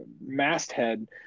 masthead